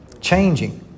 changing